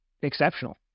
exceptional